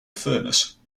furnace